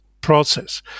process